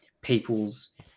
people's